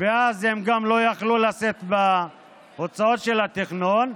ואז הן גם לא יכלו לשאת בהוצאות של התכנון.